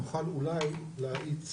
נוכל אולי להאיץ